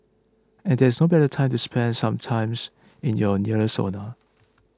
and there is no better time to spend some times in your nearest sauna